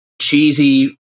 cheesy